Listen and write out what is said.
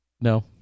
no